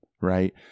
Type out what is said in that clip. right